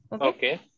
Okay